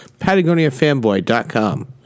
PatagoniaFanboy.com